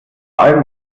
allem